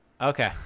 okay